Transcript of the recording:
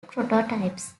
prototypes